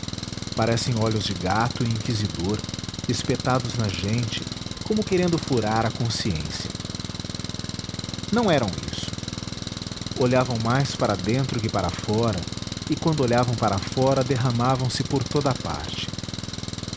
parecem olhos de gato e inquisidor espetados na gente como querendo furar a consciência não eram isso olhavam mais para dentro que para fora e quando olhavam para fora derramavam se por toda a parte